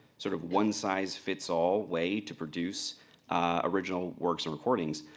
sort of one-size-fits-all way to produce original works and recordings.